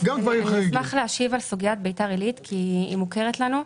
אני אשמח להשיב על סוגיית ביתר עילית כי היא מוכרת לנו,